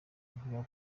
avuga